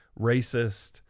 racist